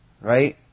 right